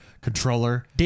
controller